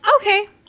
okay